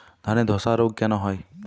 ধানে ধসা রোগ কেন হয়?